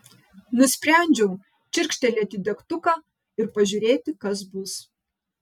nusprendžiau čirkštelėti degtuką ir pažiūrėti kas bus